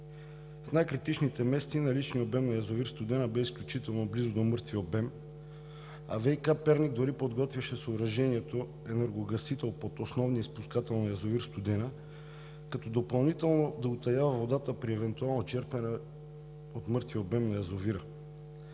В най-критичните месеци наличният обем на язовир „Студена“ бе изключително близо до мъртвия обем, а ВиК – Перник, дори подготвяше съоръжение енергогасител под основния спускател на язовир „Студена“, което допълнително да утаява водата при евентуално черпене от мъртвия обем на язовира.